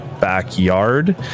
backyard